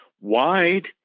wide